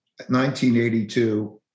1982